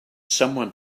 someone